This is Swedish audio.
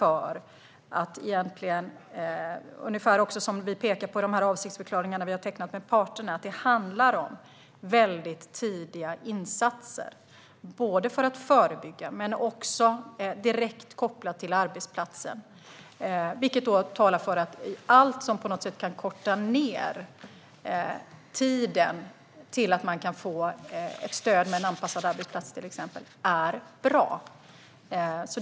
Precis som vi pekar på i avsiktsförklaringarna vi har tecknat med parterna handlar det om tidiga insatser direkt kopplade till arbetsplatsen för att förebygga sjukskrivning. Det talar för att allt som kan korta ned tiden till att man kan få ett stöd med anpassad arbetsplats är bra.